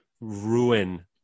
ruin